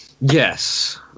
Yes